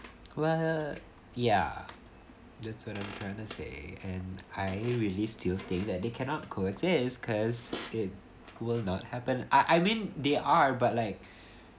well uh ya that's all I'm trying to say and I release to you fact that they cannot coexist cause it will not happen I I mean they are but like